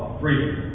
freedom